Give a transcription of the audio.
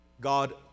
God